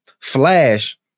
Flash